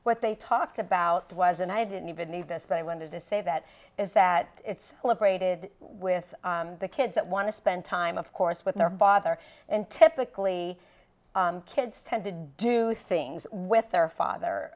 what they talked about was and i didn't even need this but i wanted to say that is that it's liberated with the kids that want to spend time of course with their bother and typically kids tend to do things with their father